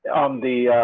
on the